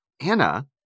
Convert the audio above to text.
Anna